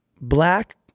Black